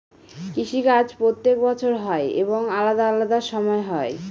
কৃষি কাজ প্রত্যেক বছর হয় এবং আলাদা আলাদা সময় হয়